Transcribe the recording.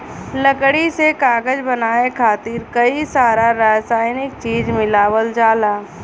लकड़ी से कागज बनाये खातिर कई सारा रासायनिक चीज मिलावल जाला